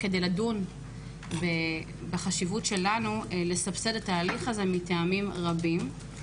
לדון בחשיבות שלנו לסבסד את ההליך הזה מטעמים רבים.